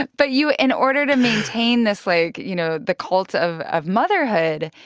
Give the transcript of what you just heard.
and but you in order to maintain this, like you know, the cult of of motherhood,